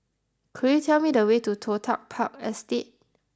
could you tell me the way to Toh Tuck Park Estate